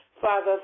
Father